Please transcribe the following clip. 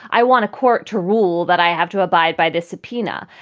i want a court to rule that i have to abide by this subpoena.